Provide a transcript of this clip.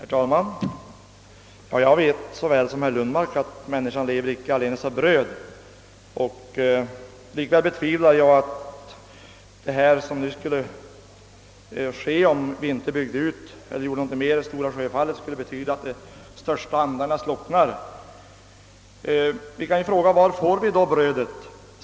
Herr talman! Jag vet lika väl som herr Lundmark att människan icke lever av bröd allenast. Likväl betvivlar jag att de stora andarna skulle slockna, om vi inte gör detta intrång i Stora Sjöfallets nationalpark. Varifrån får vi brödet?